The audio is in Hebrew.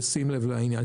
בשים לב לעניין,